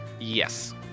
Yes